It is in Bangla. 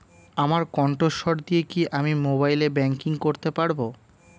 আমার কন্ঠস্বর দিয়ে কি আমি মোবাইলে ব্যাংকিং করতে পারবো?